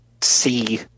see